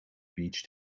beach